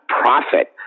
profit